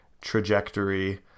trajectory